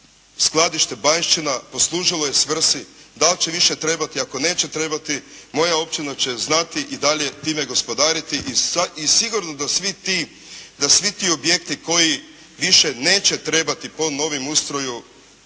skladište Bajnščina poslužilo je svrsi, da li će više trebati, ako neće trebati, moja općina će znati i dalje time gospodariti i sigurno da svi ti objekti koji više neće trebati po novom ustroju